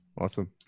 awesome